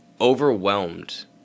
overwhelmed